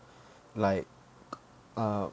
like uh